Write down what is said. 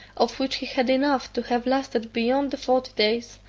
of which he had enough to have lasted beyond the forty days,